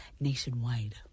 nationwide